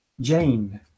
Jane